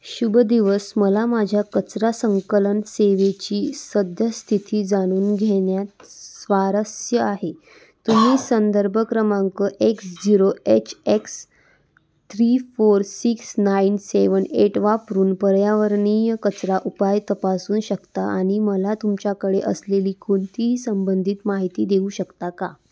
शुभ दिवस मला माझ्या कचरा संकलन सेवेची सद्यस्थिती जाणून घेण्यात स्वारस्य आहे तुम्ही संदर्भ क्रमांक X zero H X three four six nine seven eight वापरून पर्यावरणीय कचरा उपाय तपासू शकता आणि मला तुमच्याकडे असलेली कोणतीही संबंधित माहिती देऊ शकता का